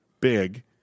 big